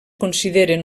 consideren